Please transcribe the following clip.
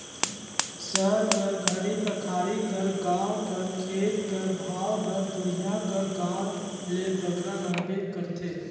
सहर कर घरी पखारी कर गाँव कर खेत कर भाव हर दुरिहां कर गाँव ले बगरा रहबे करथे